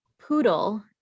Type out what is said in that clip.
Poodle